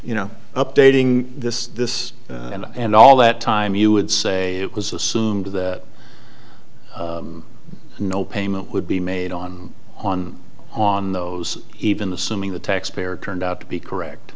you know updating this this and and all that time you would say it was assumed that no payment would be made on on on those even the simming the taxpayer turned out to be correct